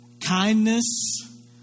kindness